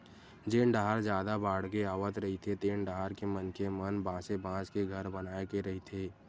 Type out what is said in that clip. जेन डाहर जादा बाड़गे आवत रहिथे तेन डाहर के मनखे मन बासे बांस के घर बनाए के रहिथे